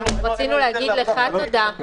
רצינו להגיד לך תודה.